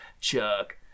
Chuck